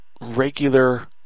regular